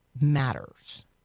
matters